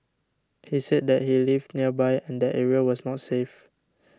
he said that he lived nearby and that area was not safe